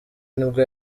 nibwo